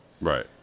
Right